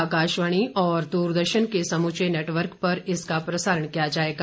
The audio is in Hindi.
आकाशवाणी और दूरदर्शन के समूचे नेटवर्क पर इसका प्रसारण किया जाएगा